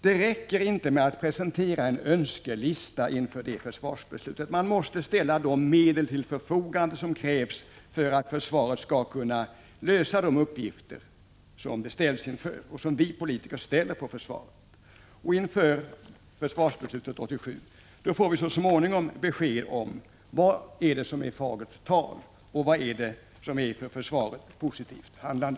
Det räcker inte med att presentera en önskelista inför det försvarsbeslutet — man måste ställa de medel till förfogande som krävs för att försvaret skall kunna lösa de uppgifter som det ställs inför och som vi politiker ställer på försvaret. Inför försvarsbeslutet 1987 får vi så småningom besked om vad det är som är fagert tal och vad det är som är för försvaret positivt handlande.